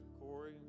Corey